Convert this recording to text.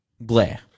Blair